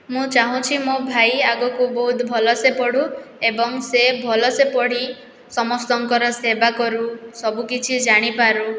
ମୁଁ ଚାହୁଁଚି ମୋ ଭାଇ ଆଗକୁ ବହୁତ ଭଲସେ ପଢ଼ୁ ଏବଂ ସେ ଭଲସେ ପଢ଼ି ସମସ୍ତଙ୍କର ସେବା କରୁ ସବୁକିଛି ଜାଣିପାରୁ